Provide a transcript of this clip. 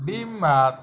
ডিম ভাত